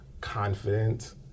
confident